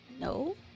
No